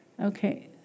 Okay